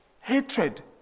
hatred